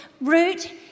root